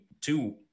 two